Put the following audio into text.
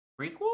prequel